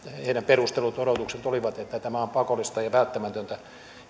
heidän perustellut odotuksensa olivat että tämä on pakollista ja välttämätöntä